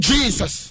Jesus